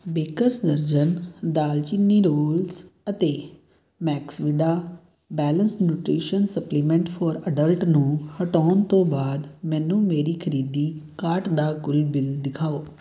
bakers ਦਰਜਨ ਦਾਲਚੀਨੀ rolls ਅਤੇ MaxVida balanced nutrition supplement for adults ਨੂੰ ਹਟਾਉਣ ਤੋਂ ਬਾਅਦ ਮੈਨੂੰ ਮੇਰੀ ਖਰੀਦੀ ਕਾਰਟ ਦਾ ਕੁੱਲ ਬਿੱਲ ਦਿਖਾਓ